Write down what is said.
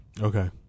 Okay